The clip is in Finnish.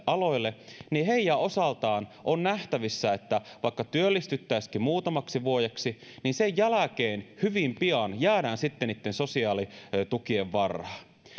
aloille niin heidän osaltaan on nähtävissä että vaikka työllistyttäisiinkin muutamaksi vuodeksi niin sen jälkeen hyvin pian jäädään sitten niitten sosiaalitukien varaan